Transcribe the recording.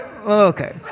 Okay